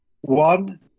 One